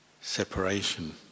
Separation